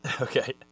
Okay